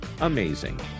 amazing